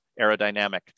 aerodynamic